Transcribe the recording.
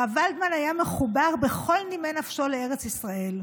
הרב ולדמן היה מחובר בכל נימי נפשו לארץ ישראל,